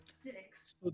Six